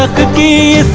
be